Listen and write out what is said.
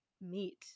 meet